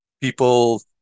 people